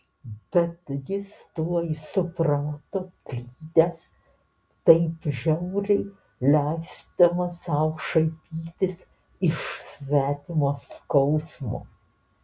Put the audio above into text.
bet jis tuoj suprato klydęs taip žiauriai leisdamas sau šaipytis iš svetimo skausmo